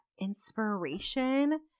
inspiration